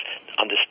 understand